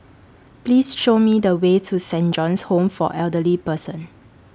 Please Show Me The Way to Saint John's Home For Elderly Person